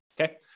Okay